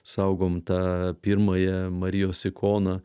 saugom tą pirmąją marijos ikoną